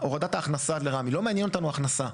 לא מעניינת אותנו ההכנסה,